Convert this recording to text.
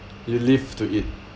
you live to eat